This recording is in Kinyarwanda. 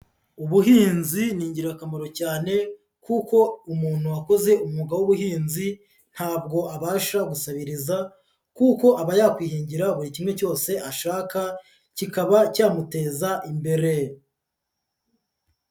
Ubuhinzi ni ingirakamaro cyane kuko umuntu wakoze umwuga w'ubuhinzi ntabwo abasha gusabiriza kuko aba yakwihingira buri kimwe cyose ashaka kikaba cyamuteza imbere.